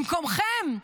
במקומכם,